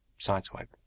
sideswipe